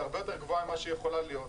הרבה יותר גבוהה ממה שהיא יכולה להיות.